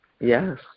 yes